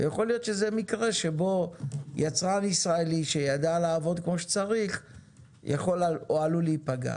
יכול להיות שזה מקרה שבו יצרן ישראלי שידע לעבוד כמו שצריך עלול להיפגע.